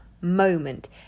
moment